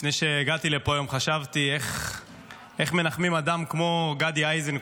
לפני שהגעתי לפה היום חשבתי איך מנחמים אדם כמו גדי איזנקוט,